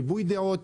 ריבוי דעות.